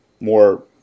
more